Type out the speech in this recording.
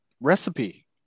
recipe